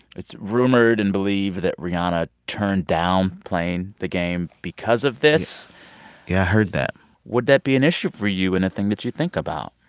it's rumored and believed that rihanna turned down playing the game because of this yeah, i heard that would that be an issue for you and a thing that you think about?